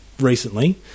recently